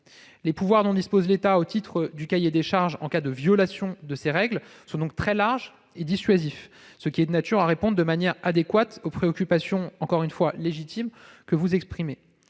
les pouvoirs dont dispose l'État en application du cahier des charges sont donc très larges et dissuasifs, ce qui est de nature à répondre de manière adéquate aux préoccupations encore une fois légitimes que vous exprimez.